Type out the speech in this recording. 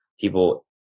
people